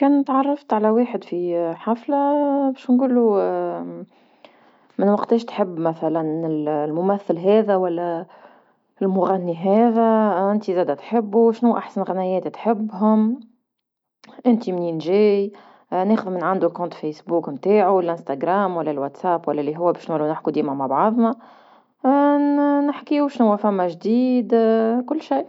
كان تعرفت على واحد في حفلة باش نقولو من وقتاش تحب مثلا الممثل هذا ولا المغني هذا انتي زادة تحبو شنو احسن غنيات تحبهوم انتي منين جاي ناخد من عندو حساب فيسبوك نتاعو ولا أنستغرام ولا الواتساب ولا اللي هو باش نولو نحكو ديما مع بعضنا نحكيو شنوا فما جديد كل شيء.